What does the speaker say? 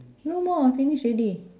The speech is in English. no more finish already